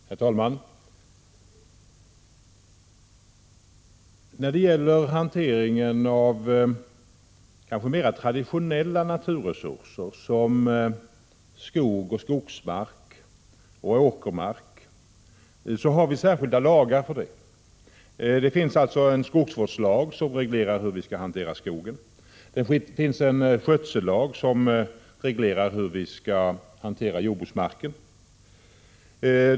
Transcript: Herr talman! När det gäller hanteringen av mera traditionella naturresurser som skog, skogsmark och åkermark har vi särskilda lagar. Det finns alltså en skogsvårdslag som reglerar hur vi skall hantera skogen, det finns en skötsellag som reglerar hur vi skall hantera jordbruksmarken.